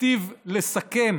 היטיב לסכם